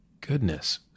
goodness